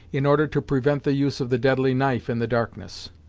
in order to prevent the use of the deadly knife in the darkness.